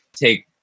take